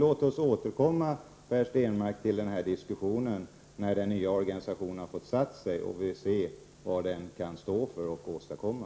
Låt oss återkomma, Per Stenmarck, till denna diskussion när den nya organisationen har stabiliserats så, att vi kan se vad den kan stå för och vad den kan åstadkomma.